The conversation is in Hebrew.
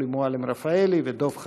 שולי מועלם-רפאלי ודב חנין.